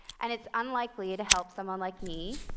and it's unlikely to help someone like me,